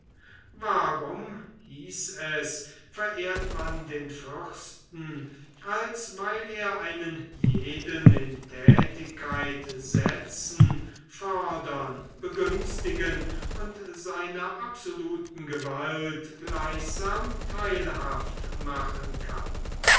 warum hieß es verehrt man den fürsten als weil er einen jeden in tätigkeit setzen fördern begünstigen und seiner absoluten gewalt gleichsam teilhaft machen kann